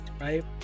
right